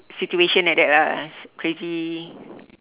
situation like that lah crazy